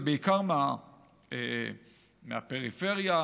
ובעיקר מהפריפריה,